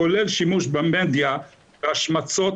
כולל שימוש במדיה בהשמצות